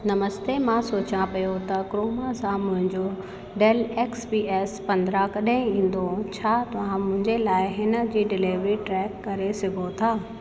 नमस्ते मां सोचियां पियो त क्रोमा सां मुंहिंजो डैल एक्स पी एस पंद्रहं कॾहिं ईंदो छा तव्हां मुंहिंजे लाइ हिन जी डिलीवरी ट्रैक करे सघो था